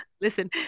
Listen